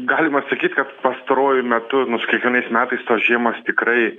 galima sakyt kad pastaruoju metu nu aš kiekvienais metais tos žiemos tikrai